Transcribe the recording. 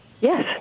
yes